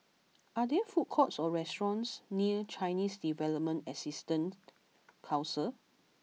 are there food courts or restaurants near Chinese Development Assistance Council